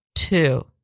Two